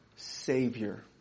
Savior